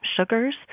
sugars